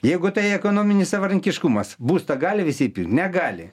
jeigu tai ekonominis savarankiškumas būstą gali visi negali